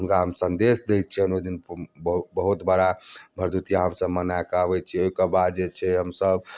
हुनका हम सन्देश दइ छिअनि ओहिदिन बहु बहुत बड़ा भरदुतिआ हमसब मना कए अबैत छी ओहिके बाद जे छै हमसब